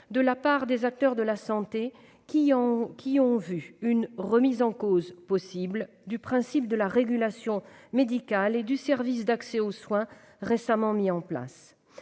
de la part des acteurs de la santé, qui y ont vu une remise en cause possible du principe de la régulation médicale et du service d'accès aux soins récemment mis en place.